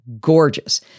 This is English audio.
gorgeous